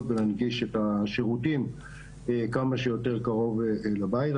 ולהנגיש את השירותים כמה שיותר קרוב לבית.